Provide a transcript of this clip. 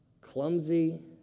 clumsy